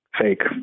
fake